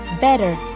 better